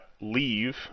leave